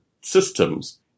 systems